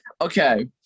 Okay